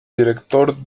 director